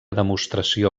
demostració